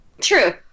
True